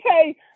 Okay